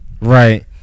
Right